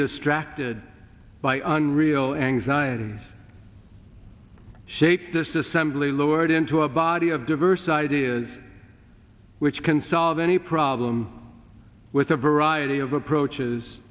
distracted by on real anxiety shaped this assembly lowered into a body of diverse ideas which can solve any problem with a variety of approaches